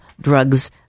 drugs